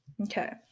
Okay